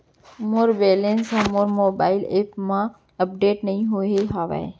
मोर balance हा मोर mobile app मा अपडेट नहीं होय हवे